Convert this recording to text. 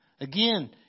Again